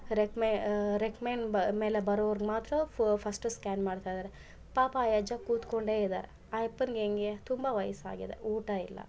ರೆಕ್ಮೆ recommend ಬ ಮೇಲೆ ಬರೋರಿಗೆ ಮಾತ್ರ ಫಸ್ಟು ಸ್ಕ್ಯಾನ್ ಮಾಡ್ತಾಯಿದಾರೆ ಪಾಪ ಆ ಅಜ್ಜ ಕೂತ್ಕೊಂಡೇ ಇದಾರೆ ಆ ಯಪ್ಪನ್ಗೆ ಹೆಂಗೆ ತುಂಬ ವಯ್ಸಾಗಿದೆ ಊಟ ಇಲ್ಲ